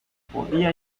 podía